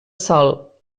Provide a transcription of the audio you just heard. sol